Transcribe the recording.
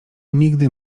nigdy